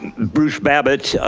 bruce babbitz,